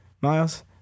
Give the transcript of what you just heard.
Miles